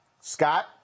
Scott